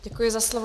Děkuji za slovo.